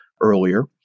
earlier